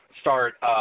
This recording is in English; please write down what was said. start –